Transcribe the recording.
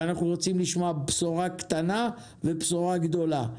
אנחנו רוצים לשמוע בשורה קטנה ובשורה גדולה.